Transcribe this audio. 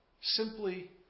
Simply